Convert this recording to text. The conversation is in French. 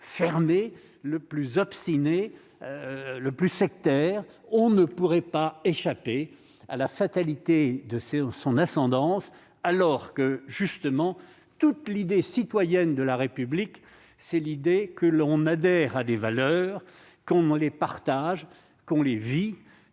fermé le plus obstiné, le plus sectaire, on ne pourrait pas échapper à la fatalité de son ascendance alors que, justement, toute l'idée citoyenne de la République, c'est l'idée que l'on adhère à des valeurs qu'on ne les partage qu'on les vit